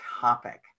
topic